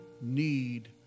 need